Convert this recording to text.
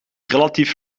relatief